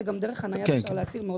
גם דרך הנייד אפשר מאוד בקלות.